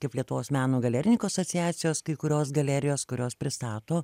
kaip lietuvos meno galerininkų asociacijos kai kurios galerijos kurios pristato